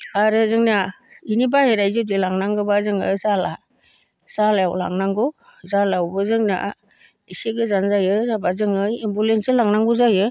आरो जोंनिया इनि बाहेरा इदि लांनांगोब्ला जोङो जाला जालायाव लांनांगौ जालायावबो जोंना इसे गोजान जायो जाबा जोङो एम्बुलेन्साव लांनांगौ जायो